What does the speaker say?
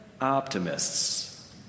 optimists